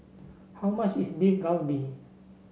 how much is Beef Galbi